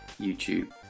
YouTube